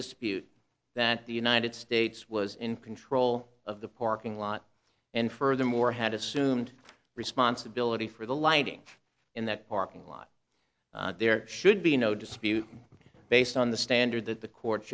dispute that the united states was in control of the parking lot and furthermore had assumed responsibility for the lighting in that parking lot there should be no dispute based on the standard that the court